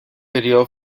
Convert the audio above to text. video